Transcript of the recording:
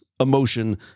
emotion